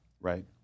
Right